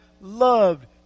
loved